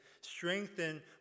strengthen